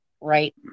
Right